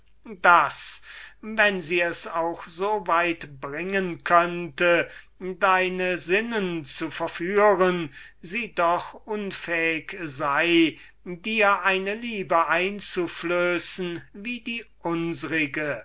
daß wenn sie es auch so weit bringen könnte deine sinnen zu verführen sie doch unfähig sei dir eine liebe einzuflößen wie die unsrige